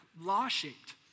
law-shaped